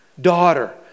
Daughter